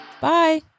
Bye